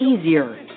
easier